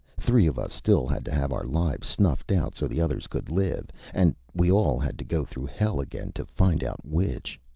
three of us still had to have our lives snuffed out so the others could live and we all had to go through hell again to find out which.